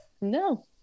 No